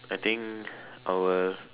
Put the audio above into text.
I think I will